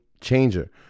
changer